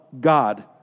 God